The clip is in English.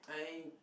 I ain't